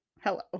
hello